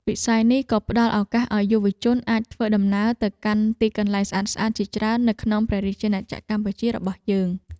វិស័យនេះក៏ផ្តល់ឱកាសឱ្យយុវជនអាចធ្វើដំណើរទៅកាន់ទីកន្លែងស្អាតៗជាច្រើននៅក្នុងព្រះរាជាណាចក្រកម្ពុជារបស់យើង។